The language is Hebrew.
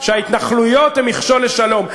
שההתנחלויות הן מכשול לשלום.